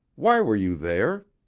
why were you there?